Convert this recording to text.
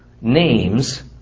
names